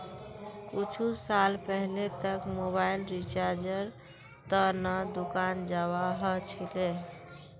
कुछु साल पहले तक मोबाइल रिचार्जेर त न दुकान जाबा ह छिले